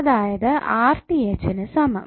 അതായത് നു സമം